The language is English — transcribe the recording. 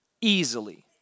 easily